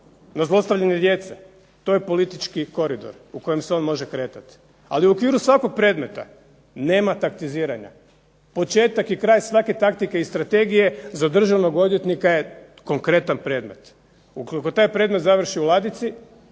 na zlostavljanje djece, to je politički koridor u kojem se on može kretati, ali u okviru svakog predmeta nema taktiziranja, početak i kraj svake taktike i strategije za državnog odvjetnika je konkretan predmet. Ukoliko taj predmet završi u ladici